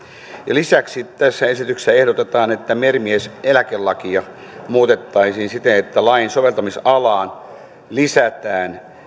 lisäksi tässä esityksessä ehdotetaan että merimieseläkelakia muutettaisiin siten että lain soveltamisalaan lisätään